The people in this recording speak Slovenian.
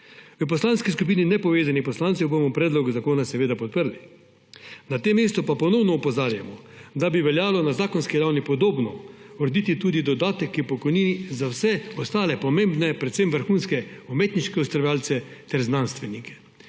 V Poslanski skupini nepovezanih poslancev bomo predlog zakona seveda podprli. Na tem mestu pa ponovno opozarjamo, da bi veljalo na zakonski ravni podobno urediti tudi dodatek k pokojnini za vse ostale pomembne, predvsem vrhunske umetniške ustvarjalce ter znanstvenike.